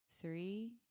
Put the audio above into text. three